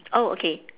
oh okay